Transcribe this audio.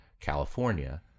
California